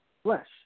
Flesh